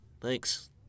Thanks